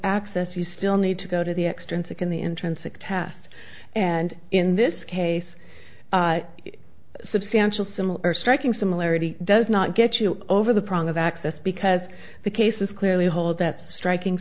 access you still need to go to the extrinsic and the intrinsic test and in this case substantial similar striking similarity does not get you over the prong of access because the cases clearly hold that striking